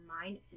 mind